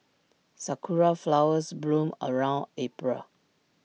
Sakura Flowers bloom around April